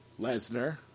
Lesnar